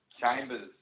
Chambers